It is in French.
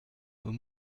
aux